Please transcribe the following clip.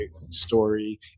story